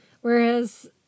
Whereas